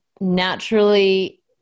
naturally